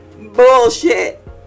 bullshit